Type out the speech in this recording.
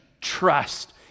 trust